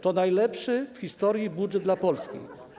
To najlepszy w historii budżet dla Polski.